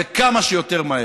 וכמה שיותר מהר.